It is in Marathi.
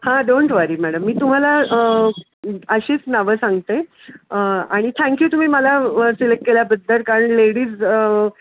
हां डोंट वरी मॅडम मी तुम्हाला अशीच नावं सांगते आणि थँक यू तुम्ही मला सिलेक्ट केल्याबद्दल कारण लेडीज